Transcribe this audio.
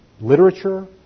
literature